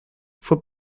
fue